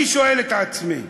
אני שואל את עצמי,